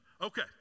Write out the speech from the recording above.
Okay